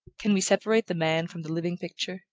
can we separate the man from the living picture?